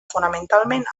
fonamentalment